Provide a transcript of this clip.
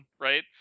right